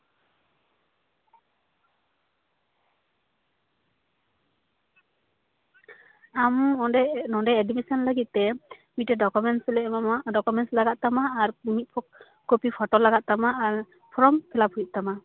ᱟᱢ ᱚᱸᱰᱮ ᱱᱚᱸᱰᱮ ᱮᱰᱢᱤᱥᱮᱱ ᱞᱟᱹᱜᱤᱫ ᱛᱮ ᱢᱤᱫᱴᱮᱱ ᱰᱚᱠᱚᱢᱮᱱᱥ ᱞᱮ ᱮᱢᱟᱢᱟ ᱚᱱᱟ ᱰᱚᱠᱚᱢᱮᱱᱥ ᱞᱟᱜᱟᱜ ᱛᱟᱢᱟ ᱟᱨ ᱢᱤᱫ ᱠᱚᱯᱤ ᱯᱷᱚᱴᱳ ᱞᱟᱜᱟᱜ ᱛᱟᱢᱟ ᱟᱨ ᱯᱷᱨᱚᱢ ᱯᱷᱤᱞᱟᱯ ᱦᱩᱭᱩᱜ ᱛᱟᱢᱟ